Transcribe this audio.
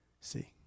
See